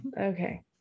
Okay